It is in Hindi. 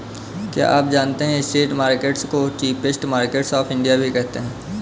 क्या आप जानते है स्ट्रीट मार्केट्स को चीपेस्ट मार्केट्स ऑफ इंडिया भी कहते है?